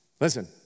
Listen